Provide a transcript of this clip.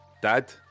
Dad